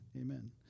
amen